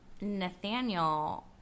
Nathaniel